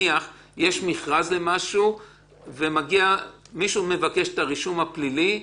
עכשיו מכרז ומבקשים את הרישום הפלילי,